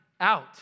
out